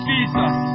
Jesus